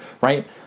right